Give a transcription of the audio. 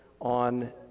On